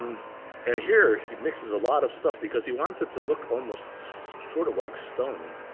and here he mixes a lot of stuff, because he wants it to look almost sort of like stone.